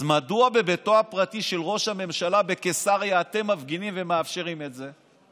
אז מדוע בביתו הפרטי של ראש הממשלה בקיסריה אתם מפגינים ומאפשרים את זה?